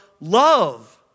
love